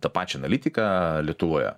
tą pačią analitiką lietuvoje